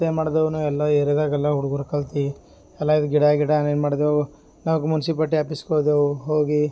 ಮತ್ತು ಏನುಮಾಡ್ದೆವು ನೀವು ಎಲ್ಲ ಏರಿಯಾದಾಗೆಲ್ಲ ಹುಡ್ಗುರು ಕಲ್ತು ಎಲ್ಲ ಇದು ಗಿಡ ಗಿಡಾನು ಏನು ಮಾಡ್ದೇವು ನಮ್ಗೆ ಮುನ್ಸಿಪಾಟಿ ಆಪಿಸ್ಗೆ ಹೋದೆವು ಹೋಗಿ